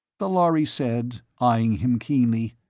the lhari said, eying him keenly,